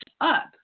up